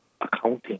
accounting